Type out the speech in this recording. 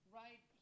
right